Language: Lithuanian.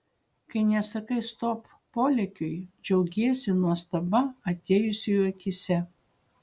kai nesakai stop polėkiui džiaugiesi nuostaba atėjusiųjų akyse